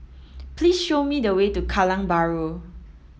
please show me the way to Kallang Bahru